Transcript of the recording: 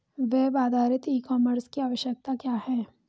Web आधारित e commerce की आवश्यकता क्या है?